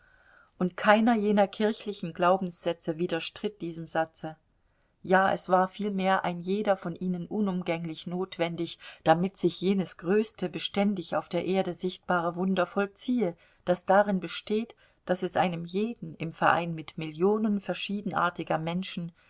und keiner jener kirchlichen glaubenssätze widerstritt diesem satze ja es war vielmehr ein jeder von ihnen unumgänglich notwendig damit sich jenes größte beständig auf der erde sichtbare wunder vollziehe das darin besteht daß es einem jeden im verein mit millionen verschiedenartiger menschen